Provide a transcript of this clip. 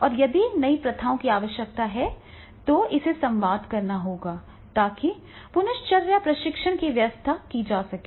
और यदि नई प्रथाओं की आवश्यकता है तो इसे संवाद करना होगा ताकि पुनश्चर्या प्रशिक्षण की व्यवस्था की जा सके